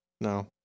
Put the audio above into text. No